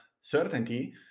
certainty